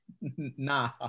Nah